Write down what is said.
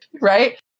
right